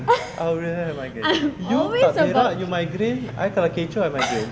I will really have migraine you tak berak you migraine I kalau kecoh I migraine